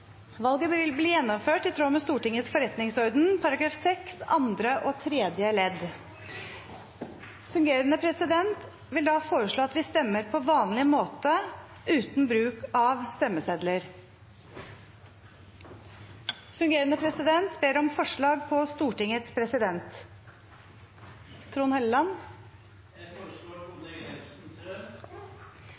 Valget vil bli gjennomført i tråd med Stortingets forretningsorden § 6, andre og tredje ledd. Fungerende president vil da foreslå at vi stemmer på vanlig måte, uten bruk av stemmesedler. Fungerende president ber om forslag på Stortingets president